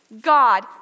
God